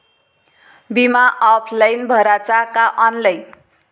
बिमा ऑफलाईन भराचा का ऑनलाईन?